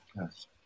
Yes